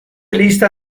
lista